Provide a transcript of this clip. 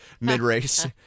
mid-race